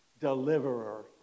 deliverer